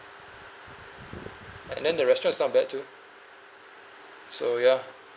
and then the restaurant is not bad too so ya